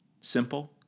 Simple